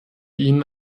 ihnen